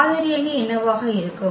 மாதிரி அணி என்னவாக இருக்கும்